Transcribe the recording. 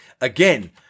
Again